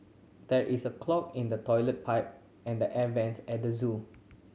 there is a clog in the toilet pipe and the air vents at the zoo